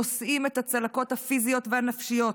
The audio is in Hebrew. נושאים את הצלקות הפיזיות והנפשיות.